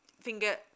finger